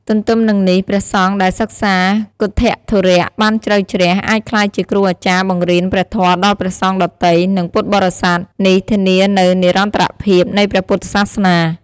ទទ្ទឹមនឹងនេះ ព្រះសង្ឃដែលសិក្សាគន្ថធុរៈបានជ្រៅជ្រះ អាចក្លាយជាគ្រូអាចារ្យបង្រៀនព្រះធម៌ដល់ព្រះសង្ឃដទៃ និងពុទ្ធបរិស័ទ។ នេះធានានូវនិរន្តរភាពនៃព្រះពុទ្ធសាសនា។